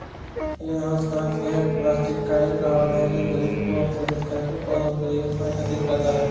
green house कांच या plastic का एक आवरण है जो धूप को अवशोषित करके पौधों के लिए ऊष्मा एकत्रित करता है